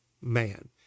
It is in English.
man